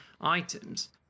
items